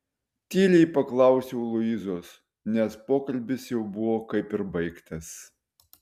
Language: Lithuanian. tyliai paklausiau luizos nes pokalbis jau buvo kaip ir baigtas